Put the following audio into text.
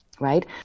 right